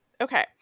Okay